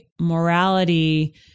morality